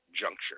juncture